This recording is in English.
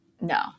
no